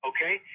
Okay